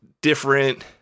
different